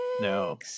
No